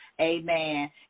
Amen